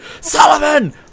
Sullivan